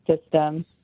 system